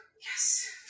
Yes